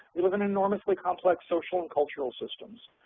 we live in enormously complex social and cultural systems.